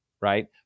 right